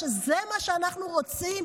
שזה מה שאנחנו רוצים?